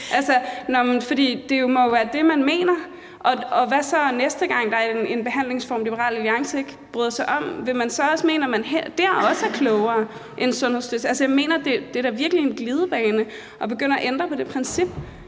For det må jo være det, man mener, og hvad så næste gang, der er en behandlingsform, Liberal Alliance ikke bryder sig om? Vil man så også mene, at man dér er klogere end Sundhedsstyrelsen? Det er da virkelig en glidebane at begynde at ændre på det princip,